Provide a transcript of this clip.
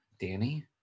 Danny